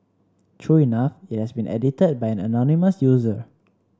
true enough it has been edited by an anonymous user